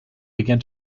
began